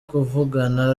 kuvugana